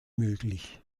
möglich